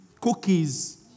cookies